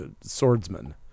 Swordsman